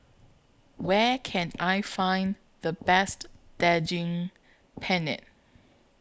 Where Can I Find The Best Daging Penyet